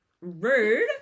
Rude